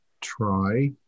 try